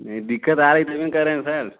नहीं दिक्कत आ रही तभी तो कह रहे हैं सर